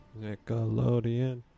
Nickelodeon